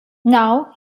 now